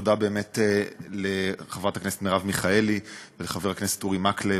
תודה באמת לחברת הכנסת מרב מיכאלי ולחבר הכנסת אורי מקלב,